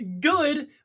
Good